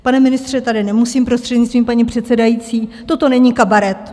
Pane ministře tady nemusím prostřednictvím paní předsedající toto není kabaret.